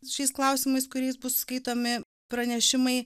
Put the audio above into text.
šiais klausimais kuriais bus skaitomi pranešimai